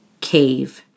cave